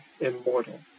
immortal